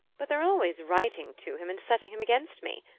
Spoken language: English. but they're always writing to him and setting him against me.